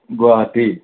Guwahati